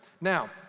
Now